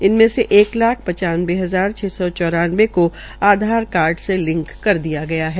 इसमें से एक लाख पचानवे हजार छ सौ चौरानबें के आधार कार्ड से लिंक किया गया है